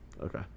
Okay